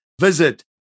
visit